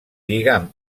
lligam